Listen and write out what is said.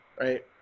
right